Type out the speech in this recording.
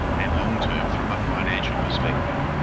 and long-term from a financial perspective.